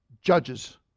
judges